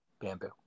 bamboo